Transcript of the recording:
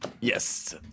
yes